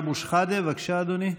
חבר הכנסת סמי אבו שחאדה, בבקשה, אדוני.